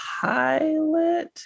pilot